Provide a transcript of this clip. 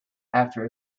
after